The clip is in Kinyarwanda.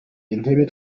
entebbe